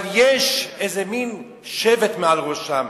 אבל יש איזה מין שבט מעל ראשם,